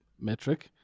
metric